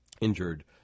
injured